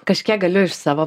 kažkiek galiu iš savo